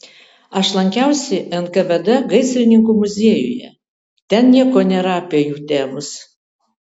aš lankiausi nkvd gaisrininkų muziejuje ten nieko nėra apie jų tėvus